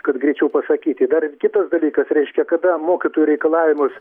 kad greičiau pasakyti dar ir kitas dalykas reiškia kada mokytojų reikalavimus